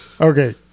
Okay